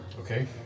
Okay